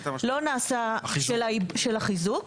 לא נעשה --- של החיזוק.